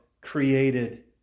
created